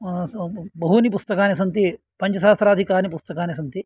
बहूनि पुस्तकानि सन्ति पञ्चसहस्राधिकानि पुस्तकानि सन्ति